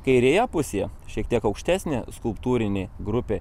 kairėje pusėje šiek tiek aukštesnė skulptūrinė grupė